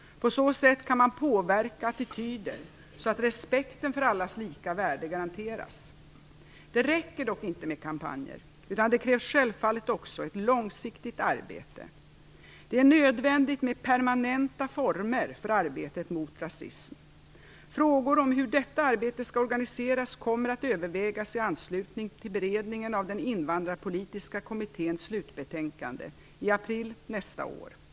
På så sätt kan man påverka attityder så att respekten för allas lika värde garanteras. Det räcker dock inte med kampanjer, utan det krävs självfallet också ett långsiktigt arbete. Det är nödvändigt med permanenta former för arbetet mot rasism. Frågor om hur detta arbete skall organiseras kommer att övervägas i anslutning till beredningen av den invandrarpolitiska kommitténs slutbetänkande i april 1996.